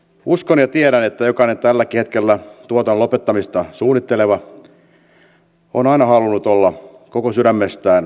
uskon ja tiedän että jokainen tälläkin hetkellä tuotannon lopettamista suunnitteleva on aina halunnut olla koko sydämestään kotimaisen ruuan tuottaja